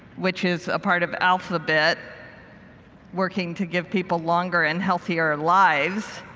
which is a part of alphabit, working to give people longer and healthier lives.